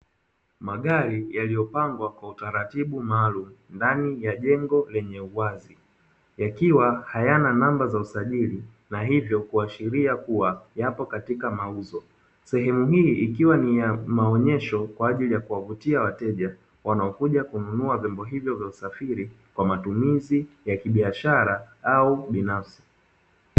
Magari yaliyopangwa kwa utaratibu maalum ndani ya jengo lenye uwazi yakiwa hayana namba za usajili na hivyo kuashiria kuwa yapo katika mauzo, sehemu hii ikiwa ni ya maonyesho kwa ajili ya kuwavutia wateja wanaokuja kununua vyombo hivyo vya usafiri kwa matumizi ya biashara au binafsi.